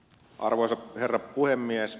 arvoisa herra puhemies